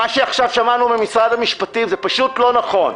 מה שעכשיו שמענו ממשרד המשפטים זה פשוט לא נכון,